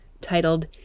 titled